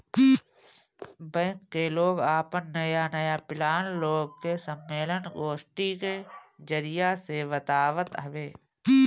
bank लोग के आपन नया नया प्लान लोग के सम्मलेन, गोष्ठी के जरिया से बतावत हवे